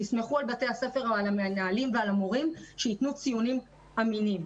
תסמכו על בתי הספר ועל המורים שיתנו ציונים אמינים.